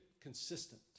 consistent